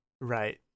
Right